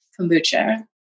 kombucha